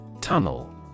Tunnel